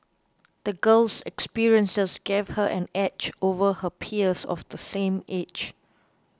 the girl's experiences gave her an edge over her peers of the same age